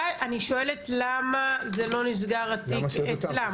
אני שואלת למה לא נסגר התיק אצלם?